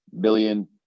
billion